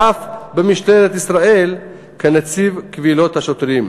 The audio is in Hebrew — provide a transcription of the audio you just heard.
ואף במשטרת ישראל, כנציב קבילות השוטרים.